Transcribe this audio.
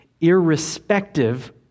irrespective